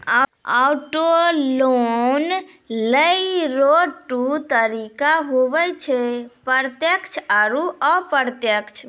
auto loan लेय रो दू तरीका हुवै छै प्रत्यक्ष आरू अप्रत्यक्ष